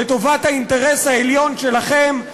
לטובת האינטרס העליון שלכם,